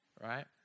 right